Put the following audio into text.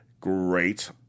Great